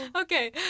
Okay